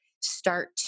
start